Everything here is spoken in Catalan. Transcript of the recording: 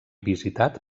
visitat